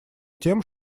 тем